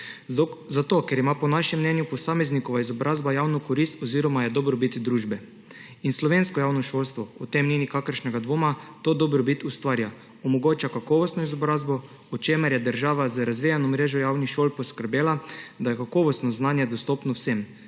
Zato ker ima po našem mnenju posameznikova izobrazba javno korist oziroma je dobrobit družbe. In slovensko javno šolstvo, o tem ni nikakršnega dvoma, to dobrobit ustvarja, omogoča kakovostno izobrazbo, o čemer je država z razvejano mrežo javnih šol poskrbela, da je kakovostno znanje dostopno vsem,